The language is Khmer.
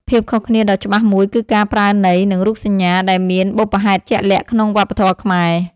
ភាពខុសគ្នាដ៏ច្បាស់មួយគឺការប្រើន័យ និងរូបសញ្ញា ដែលមានបុព្វហេតុជាក់លាក់ក្នុងវប្បធម៌ខ្មែរ។